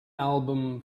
album